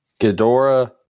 Ghidorah